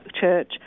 church